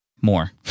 more